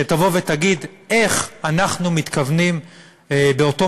שתבוא ותגיד איך אנחנו מתכוונים באותו